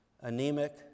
anemic